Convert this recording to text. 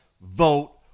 vote